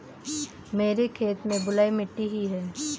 मेरे खेत में बलुई मिट्टी ही है